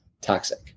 toxic